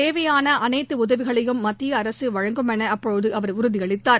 தேவையான அனைத்து உதவிகளையும் மத்திய அரசு வழங்கும் என அப்போது அவா உறுதியளித்தார்